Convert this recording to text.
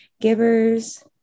givers